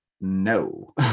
No